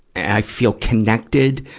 i feel connected,